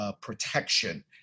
protection